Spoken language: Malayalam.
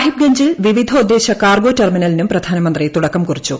സാഹിബ് ഗഞ്ചിൽ വിവിധോദ്ദേശ കാർഗോ ടെർമിനലിനും പ്രധാനമന്ത്രി തുടക്കം കുറിച്ചു